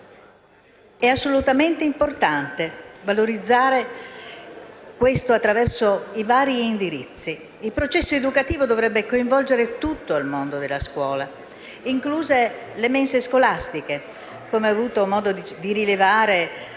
È assolutamente importante valorizzare questo elemento attraverso i vari indirizzi. Il processo educativo dovrebbe coinvolgere tutto il mondo della scuola, incluse le mense scolastiche, come ho avuto modo di rilevare